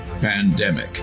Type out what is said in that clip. pandemic